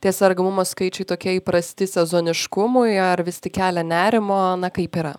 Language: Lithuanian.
tie sergamumo skaičiai tokie įprasti sezoniškumui ar vis tik kelia nerimo na kaip yra